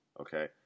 okay